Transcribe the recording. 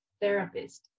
therapist